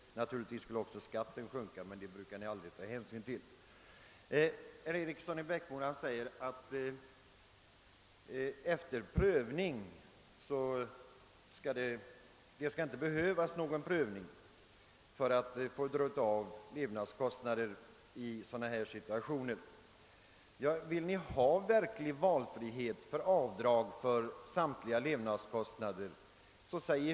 Naturligtvis skulle då också skatteintäkterna minska, men det brukar ni aldrig ta hänsyn till. Herr Eriksson i Bäckmora säger att det inte skall behövas någon prövning för att man skall få dra av levnadskostnader i sådana här situationer. Vill ni ha verklig frihet att göra avdrag för levnadskostnader, så säg det!